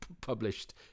published